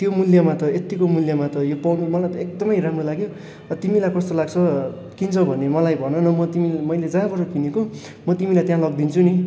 त्यो मूल्यमा त यतिको मूल्यमा त यो पाउनु मलाई त एकदमै राम्रो लाग्यो तिमीलाई कस्तो लाग्छ किन्छौ भने मलाई भन न म तिमी मैले जहाँबाट किनेको म तिमीलाई त्यहाँ लगिदिन्छु नि